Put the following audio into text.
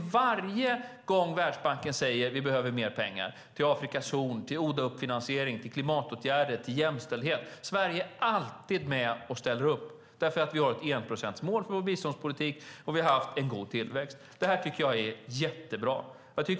Varje gång som Världsbanken säger att man behöver mer pengar till Afrikas horn, till klimatåtgärder, till jämställdhet och så vidare ställer Sverige upp därför att vi har ett enprocentsmål för vår biståndspolitik och har haft en god tillväxt. Detta tycker jag är jättebra.